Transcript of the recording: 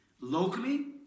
locally